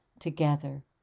together